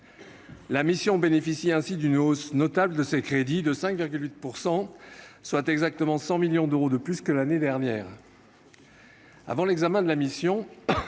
La mission bénéficie ainsi d'une hausse notable de ses crédits, de 5,8 %, soit exactement 100 millions d'euros de plus que l'année dernière. Avant l'examen de la mission,